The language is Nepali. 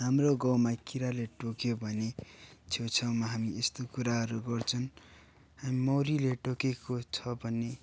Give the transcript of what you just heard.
हाम्रो गउँमा किराले टोक्यो भने छेउछाउमा हामी यस्तो कुराहरू गर्छन् मौरीले टोकेको छ भने